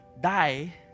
die